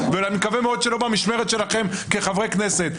ואני מקווה מאוד שלא במשמרת שלכם כחברי כנסת.